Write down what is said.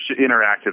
interactive